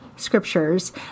scriptures